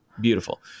beautiful